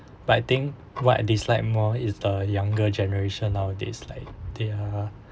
but I think what I dislike more is the younger generation nowadays like they are